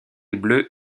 bleu